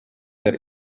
der